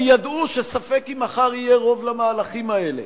כי ידעו שספק אם מחר יהיה רוב למהלכים האלה,